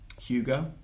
Hugo